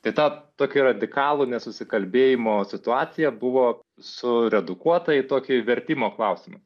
tai tą tokį radikalų nesusikalbėjimo situacija buvo suredukuota į tokį vertimo klausimą